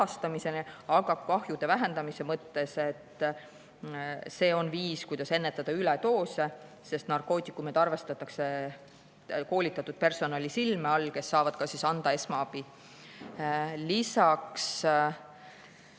Aga kahjude vähendamise mõttes see on viis, kuidas ennetada üledoose, sest narkootikumid [manustatakse] koolitatud personali silme all, kes saavad ka anda esmaabi. Lisaks,